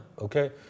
Okay